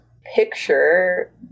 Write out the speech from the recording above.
picture